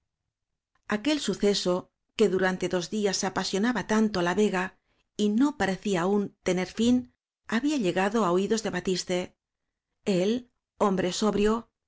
aquel suceso que durante dos días apasio naba tanto á la vega y no parecía aún tener fin había llegado á oídos de batiste el hom bre sobrio